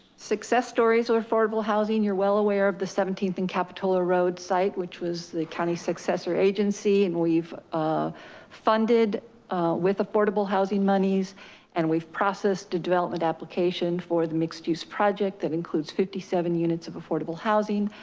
success stories of affordable housing, you're well aware of the seventeenth and capitola road site, which was the county successor agency. and we've funded with affordable housing monies and we've processed a development application for the mixed use project that includes fifty seven units of affordable housing,